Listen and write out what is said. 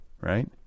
right